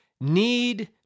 need